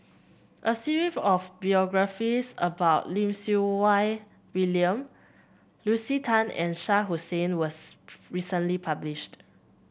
a series of about Lim Siew Wai William Lucy Tan and Shah Hussain was recently published